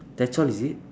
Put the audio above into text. that's all is it